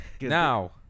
Now